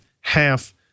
half